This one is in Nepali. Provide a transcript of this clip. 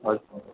हजुर